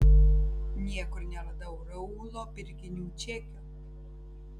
niekur neradau raulo pirkinių čekio